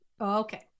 okay